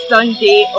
Sunday